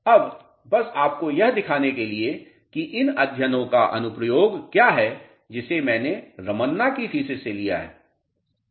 अब बस आपको यह दिखाने के लिए कि इन अध्ययनों का अनुप्रयोग क्या है जिसे मैंने रमन्ना की थीसिस से लिया है